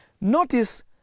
notice